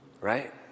Right